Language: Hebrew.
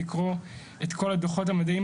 לכל מי שהגיע היום ליום הכל כך מיוחד,